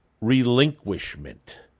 relinquishment